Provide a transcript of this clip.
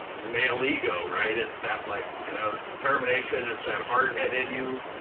male ego, right? it's that like you know determination, it's that hard-headed you.